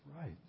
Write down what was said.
right